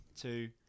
two